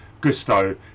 gusto